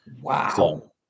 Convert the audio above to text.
Wow